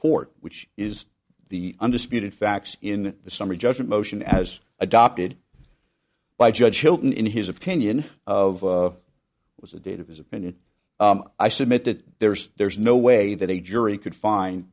court which is the undisputed facts in the summary judgment motion as adopted by judge hilton in his opinion of was the date of his opinion i submit that there's there's no way that a jury could find